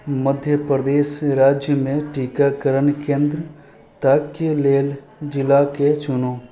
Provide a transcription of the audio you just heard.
मध्यप्रदेश राज्यमे टीकाकरण केंद्र ताकए लेल जिलाके चुनु